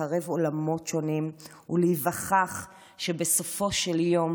לקרב עולמות שונים ולהיווכח שבסופו של יום